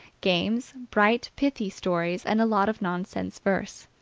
games, bright, pithy stories, and a lot of nonsense verse.